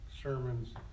sermons